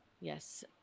Yes